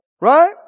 Right